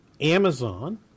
Amazon